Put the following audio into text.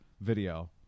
video